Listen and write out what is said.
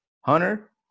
Hunter